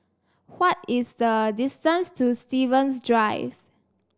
what is the distance to Stevens Drive